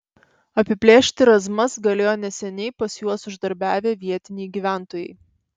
apiplėšti razmas galėjo neseniai pas juos uždarbiavę vietiniai gyventojai